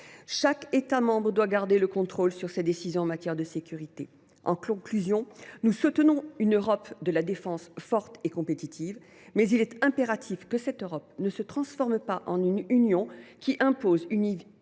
Chaque État membre doit garder le contrôle sur ses décisions en matière de sécurité. Pour conclure, nous soutenons une Europe de la défense forte et compétitive, mais il est impératif que cette Europe ne se transforme pas en une Union imposant une